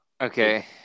Okay